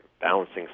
balancing